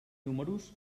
números